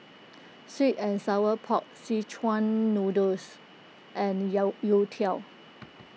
Sweet and Sour Pork Szechuan Noodles and Youtiao